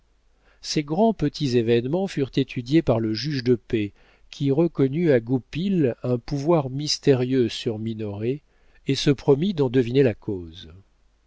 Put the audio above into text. ces grands petits événements furent étudiés par le juge de paix qui reconnut à goupil un pouvoir mystérieux sur minoret et se promit d'en deviner la cause